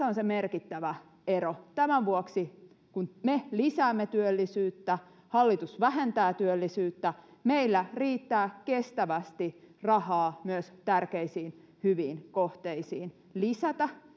on se merkittävä ero tämän vuoksi kun me lisäämme työllisyyttä mutta hallitus vähentää työllisyyttä meillä riittäisi kestävästi rahaa myös tärkeisiin hyviin kohteisiin lisätä